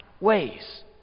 ways